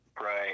Right